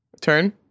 Turn